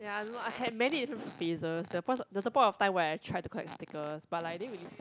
I don't know I had many different phases there's point there's a point of time where I try to collect stickers but like I didn't really